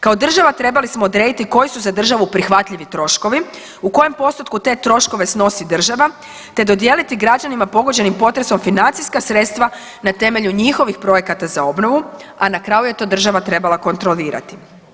Kao država trebali smo odrediti koji su za državu prihvatljivi troškovi, u kojem postotku te troškove snosi država, te dodijeliti građanima pogođenim potresom financijska sredstva na temelju njihovih projekata za obnovu, a na kraju je to država trebala kontrolirati.